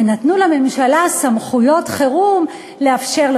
ונתנו לממשלה סמכויות חירום לאפשר,